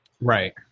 Right